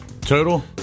Total